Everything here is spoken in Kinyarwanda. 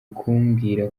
kumbwira